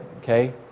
okay